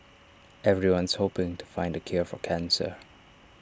everyone's hoping to find the cure for cancer